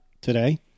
Today